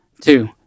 two